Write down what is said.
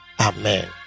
amen